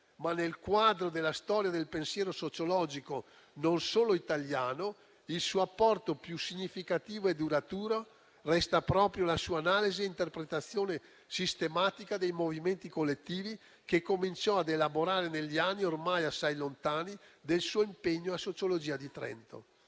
ma nel quadro della storia del pensiero sociologico, non solo italiano, il suo apporto più significativo e duraturo resta proprio la sua analisi e interpretazione sistematica dei movimenti collettivi, che cominciò ad elaborare negli anni, ormai assai lontani, del suo impegno alla facoltà di sociologia di Trento.